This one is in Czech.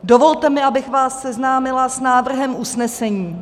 Dovolte mi, abych vás seznámila s návrhem usnesení.